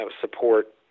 support